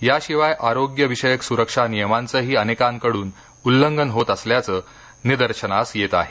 याशिवाय आरोग्यविषयक सुरक्षा नियमांचही अनेकांकड्न उल्लंघन होत असल्याचं निदर्शनास येत आहे